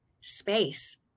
space